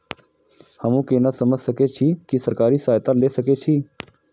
हमू केना समझ सके छी की सरकारी सहायता ले सके छी?